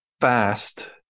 fast